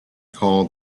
called